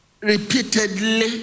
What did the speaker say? repeatedly